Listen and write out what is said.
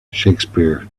shakespeare